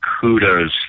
kudos